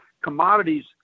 commodities